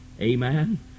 Amen